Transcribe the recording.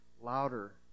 louder